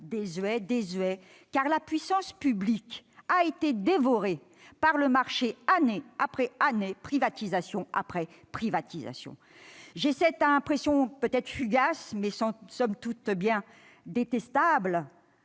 désuétude, car la puissance publique a été dévorée par le marché, année après année, privatisation après privatisation ! J'ai cette impression fugace, mais bien détestable